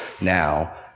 now